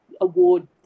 award